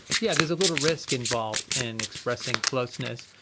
yeah there's a little risk involved in expressing closeness,